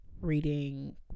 reading